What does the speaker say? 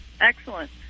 Excellent